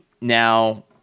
now